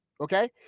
okay